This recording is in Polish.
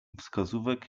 wskazówek